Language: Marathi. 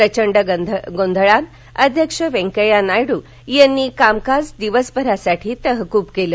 प्रचंड गोंधळात अध्यक्ष वेंकय्या नायड् यांनी कामकाज दिवसभरासाठी तहकूब केल